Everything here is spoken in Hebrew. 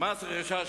מס רכישה,